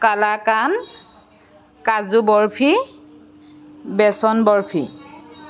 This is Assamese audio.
কালাকান্দ কাজু বৰফি বেছন বৰফি